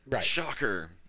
Shocker